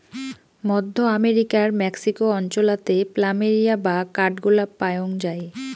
মধ্য আমেরিকার মেক্সিকো অঞ্চলাতে প্ল্যামেরিয়া বা কাঠগোলাপ পায়ং যাই